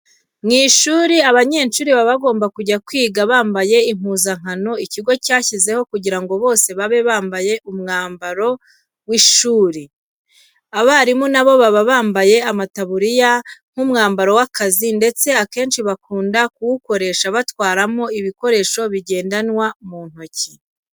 Mu ishuri abanyeshuri baba bagomba kujya kwiga bambaye impuzankano ikigo cyashyizeho kugira ngo bose babe bambaye umwamaro w'ishuri. Abarimu na bo baba bambaye amataburiya nk'umwambaro w'akazi ndetse akenshi bakunda kuwukoresha batwaramo ibikoresho bigendanwa mu ntoki.